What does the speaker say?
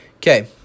Okay